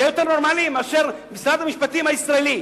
זה יהיה יותר נורמלי מאשר משרד המשפטים הישראלי,